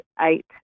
eight